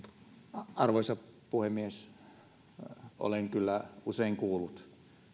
arvoisa puhemies olen kyllä usein kuullut